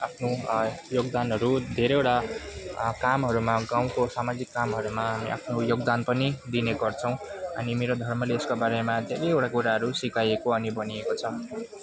आफ्नो योगदानहरू धेरैवटा कामहरूमा गाउँको सामाजिक कामहरूमा आफ्नो योगदान पनि दिने गर्छौँ अनि मेरो धर्मले यसको बारेमा धेरैवटा कुराहरू सिकाएको अनि भनिएको छ